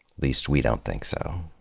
least we don't think so.